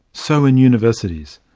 so in universities.